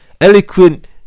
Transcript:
eloquent